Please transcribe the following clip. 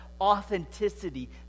authenticity